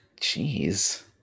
Jeez